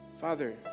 Father